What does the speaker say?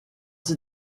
ses